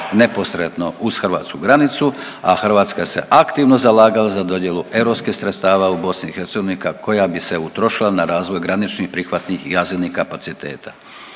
neposredno uz hrvatsku granicu, a Hrvatska se aktivno zalagala za dodjelu europskih sredstava u BiH koja bi se utrošila na razvoj graničnih, prihvatnih i azilnih kapaciteta.